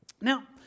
Now